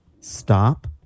Stop